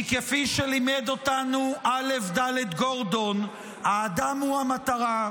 כי כפי שלימד אותנו א"ד גורדון: האדם הוא המטרה,